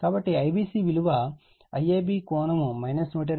కాబట్టి IBC విలువ IAB కోణం 120o అవుతుంది అది 19